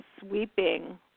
sweeping